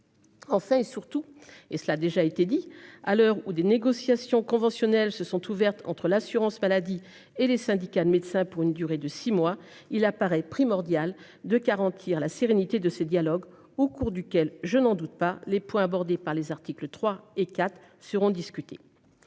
Enfin et surtout, et cela a déjà été dit, à l'heure où des négociations conventionnelles se sont ouvertes entre l'assurance maladie et les syndicats de médecins pour une durée de 6 mois, il apparaît primordial de garantir la sérénité de ses dialogues au cours duquel je n'en doute pas les points abordés par les articles 3 et 4 seront discutées.